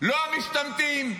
לא המשתמטים,